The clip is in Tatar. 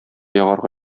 ягарга